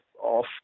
off